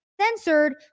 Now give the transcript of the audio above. censored